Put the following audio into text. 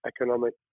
economic